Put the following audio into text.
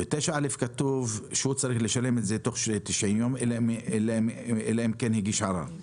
בסעיף 9(א) כתוב שהוא צריך לשלם את זה תוך 90 ימים אלא אם כן הגיש ערר.